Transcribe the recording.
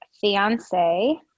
fiance